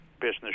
business